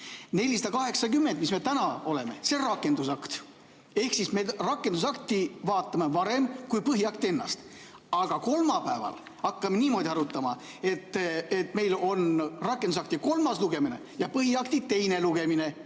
480, mida me täna arutame, on rakendusakt ehk me rakendusakti vaatame varem kui põhiakti ennast. Aga kolmapäeval hakkame niimoodi arutama, et meil on rakendusakti kolmas lugemine ja põhiakti teine lugemine,